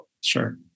Sure